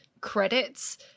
credits